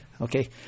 Okay